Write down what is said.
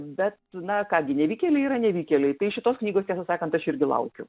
bet na ką gi nevykėliai yra nevykėliai tai šitos knygos tiesą sakant aš irgi laukiu